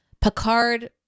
Picard